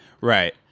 Right